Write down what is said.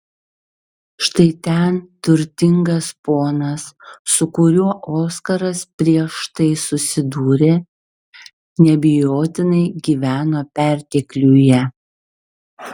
štai ten turtingas ponas su kuriuo oskaras prieš tai susidūrė neabejotinai gyveno pertekliuje